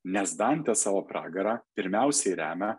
nes dantė savo pragarą pirmiausiai remia